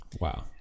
Wow